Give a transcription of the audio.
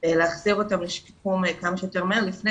להחזיר אותם לשיקום כמה שיותר מהר לפני